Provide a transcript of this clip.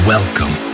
Welcome